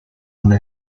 una